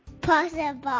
possible